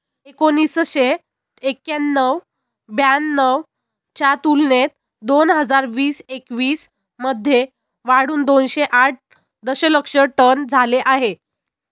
एकोणीसशे एक्क्याण्णव ब्याण्णव च्या तुलनेत दोन हजार वीस एकवीस मध्ये वाढून दोनशे आठ दशलक्ष टन झाले आहे